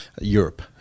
Europe